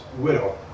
widow